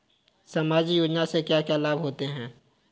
सामाजिक योजना से क्या क्या लाभ होते हैं?